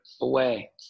away